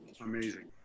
Amazing